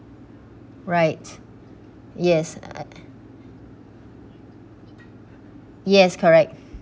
right yes uh yes correct